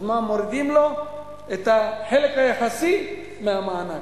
אז מה, מורידים לו את החלק היחסי מהמענק.